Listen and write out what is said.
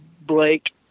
Blake